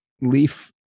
Leaf